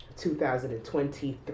2023